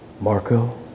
Marco